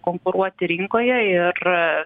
konkuruoti rinkoje ir